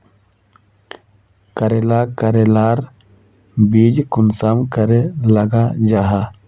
करेला करेलार बीज कुंसम करे लगा जाहा?